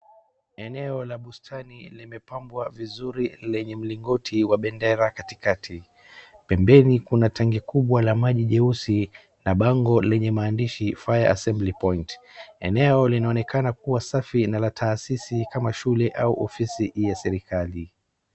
Eneo la bustani limepambwa vizuri lenye mlingoti wa bendera katikati. Pembeni kuna tangi kubwa la maji jeusi na bango lenye maandishi fire assembly point . Eneo linaonekana kuwa safi na la taasisi kama shule au ofisi ya serikali.